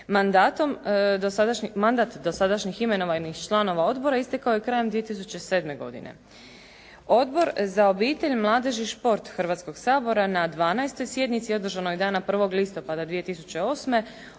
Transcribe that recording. Mandat dosadašnjih imenovanih članova odbora istekao je krajem 2007. godine. Odbor za obitelj, mladež i šport Hrvatskog sabora na 12. sjednici održanoj dana 1. listopada 2008. odlučio